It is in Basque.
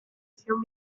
zion